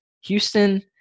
Houston –